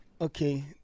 Okay